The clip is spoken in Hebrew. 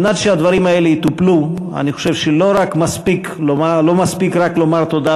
על מנת שהדברים האלה יטופלו אני חושב שלא מספיק רק לומר תודה